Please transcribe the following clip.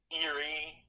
eerie